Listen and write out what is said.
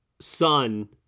son